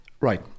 Right